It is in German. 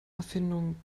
erfindung